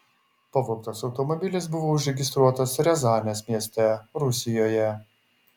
pavogtas automobilis buvo užregistruotas riazanės mieste rusijoje